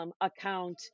account